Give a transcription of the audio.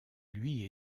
lui